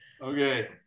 Okay